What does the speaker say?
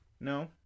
No